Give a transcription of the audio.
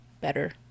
better